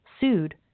sued